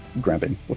Grabbing